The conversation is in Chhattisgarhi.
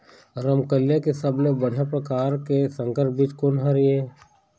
रमकलिया के सबले बढ़िया परकार के संकर बीज कोन हर ये?